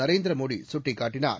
நரேந்திர மோடி சுட்டிக்காட்டினார்